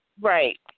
Right